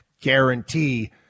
guarantee